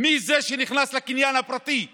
מי זה שנכנס לקניין הפרטי שלי,